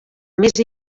més